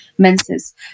menses